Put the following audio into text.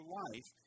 life